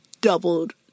doubled